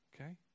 Okay